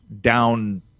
down